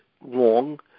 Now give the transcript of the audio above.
wrong